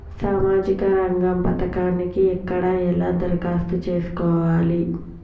సామాజిక రంగం పథకానికి ఎక్కడ ఎలా దరఖాస్తు చేసుకోవాలి?